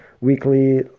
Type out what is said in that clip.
weekly